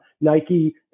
Nike